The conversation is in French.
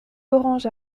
orange